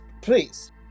please